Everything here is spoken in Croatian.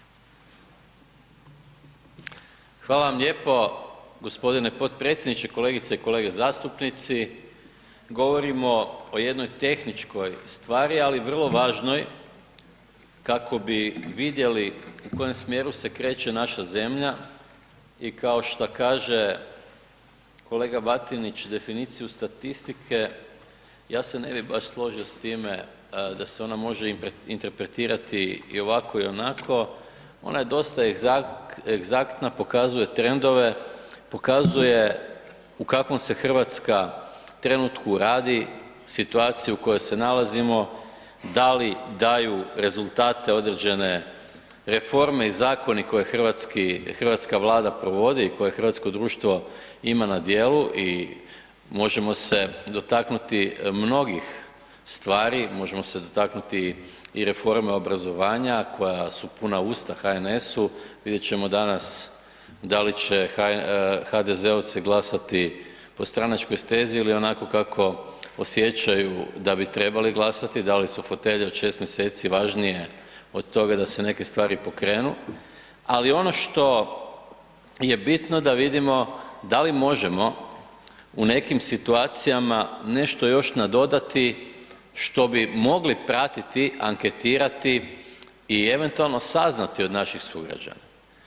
Hvala vam lijepo g. potpredsjedniče, kolegice i kolege zastupnici, govorimo o jednoj tehničkoj stvari, ali vrlo važnoj kako bi vidjeli u kojem smjeru se kreće naša zemlja i kao šta kaže kolega Batinić definiciju statistike, ja se ne bi baš složio s time da se ona može interpretirati i ovako i onako, ona je dosta egzaktna, pokazuje trendove, pokazuje u kakvom se RH trenutku radi, situaciju u kojoj se nalazimo, da li daju rezultate određene reforme i zakoni koje hrvatski, hrvatska Vlada provodi i koje hrvatsko društvo ima na djelu i možemo se dotaknuti mnogih stvari, možemo se dotaknuti i reforme obrazovanja koja su puna usta HNS-u, vidjet ćemo danas da li će HDZ-ovci glasati po stranačkoj stezi ili onako kako osjećaju da bi trebali glasati, da li su fotelje od 6. mjeseci važniji od toga da se neke stvari pokrenu, ali ono što je bitno da vidimo da li možemo u nekim situacijama nešto još nadodati što bi mogli pratiti, anketirati i eventualno saznati od naših sugrađana.